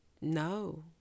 no